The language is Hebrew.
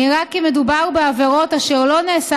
נראה כי מדובר בעבירות אשר לא נעשה